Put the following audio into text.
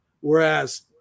whereas